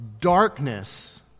darkness